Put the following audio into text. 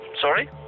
Sorry